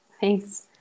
Thanks